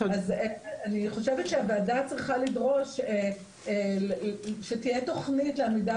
אני חושבת שהוועדה צריכה לדרוש שתהיה תכנית לעמידה